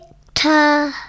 Victor